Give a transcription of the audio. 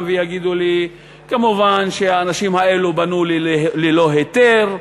ויגידו לי כמובן שהאנשים האלו בנו ללא היתר,